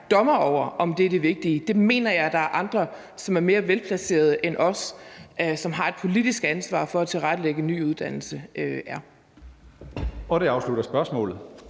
dommer over, om det er det vigtige. Det mener jeg der er andre, som er mere velplacerede end os, og som har et politisk ansvar for at tilrettelægge en ny uddannelse, der